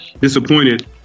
disappointed